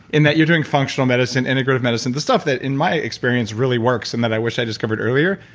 in that you're doing functional medicine integrative medicine, the stuff that in my experience really works, and that i wish i discovered earlier.